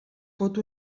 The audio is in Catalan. pot